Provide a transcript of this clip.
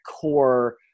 core